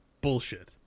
Bullshit